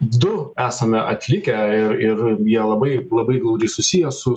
du esame atlikę ir ir jie labai labai glaudžiai susiję su